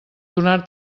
donar